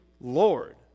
Lord